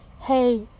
Hey